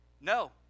No